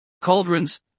Cauldrons